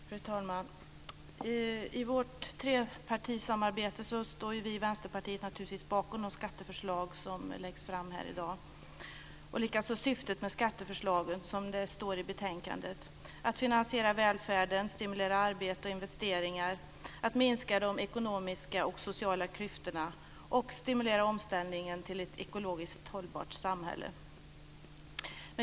Fru talman! I vårt trepartisamarbete står vi i Vänsterpartiet naturligtvis bakom de skatteförslag som läggs fram här i dag och likaså bakom syftet med betänkandets förslag att finansiera välfärd, arbete och investeringar, att minska de ekonomiska och sociala klyftorna och att stimulera omställningen till ett ekologiskt hållbart samhälle.